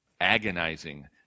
agonizing